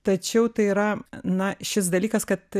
tačiau tai yra na šis dalykas kad